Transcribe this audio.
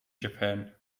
japan